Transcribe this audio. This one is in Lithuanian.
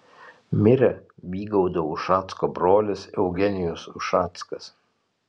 mirė vygaudo ušacko brolis eugenijus ušackas